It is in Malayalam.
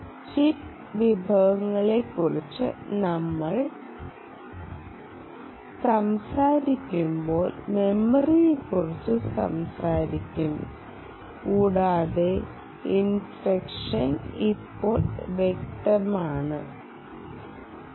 ചിപ്പ് വിഭവങ്ങളെക്കുറിച്ച് നമ്മൾ സംസാരിക്കുമ്പോൾ മെമ്മറിയെക്കുറിച്ച് സംസാരിക്കും കൂടാതെ ഇൻസ്ട്രക്ഷൻ സെറ്റ് ആർക്കിടെക്ചർ കോഡ് വലുപ്പത്തിൽ വലിയ സ്വാധീനം ചെലുത്തുന്നുവെന്ന് ഇപ്പോൾ വ്യക്തമാണ്